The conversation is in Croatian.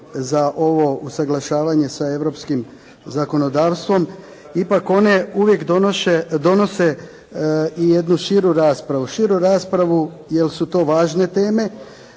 za ovo usuglašavanje sa europskim zakonodavstvom ipak one uvijek donose i jednu širu raspravu. Širu raspravu jel' su to važne teme